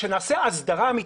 כשנעשה אסדרה אמיתית,